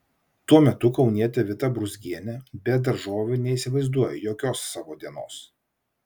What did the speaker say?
tuo metu kaunietė vita brūzgienė be daržovių neįsivaizduoja jokios savo dienos